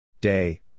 Day